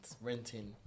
renting